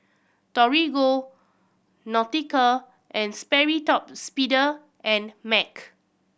Torigo Nautica and Sperry Top and Mac